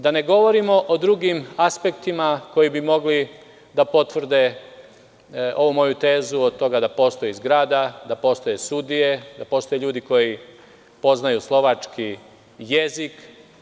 Da ne govorimo o drugim aspektima koji bi mogli da potvrde ovu moju tezu, od toga da postoji zgrada, da postoje sudije, da postoje ljudi koji poznaju slovački jezik.